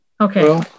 Okay